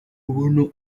umuntu